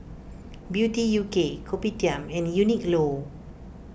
Beauty U K Kopitiam and Uniqlo